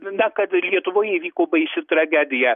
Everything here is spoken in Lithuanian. na kad lietuvoje įvyko baisi tragedija